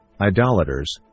idolaters